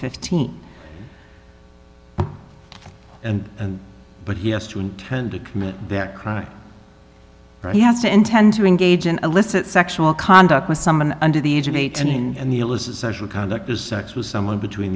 fifteen and but he has to intend to commit that crime or he has to intend to engage in illicit sexual conduct with someone under the age of eighteen and the illicit sexual conduct as such was somewhere between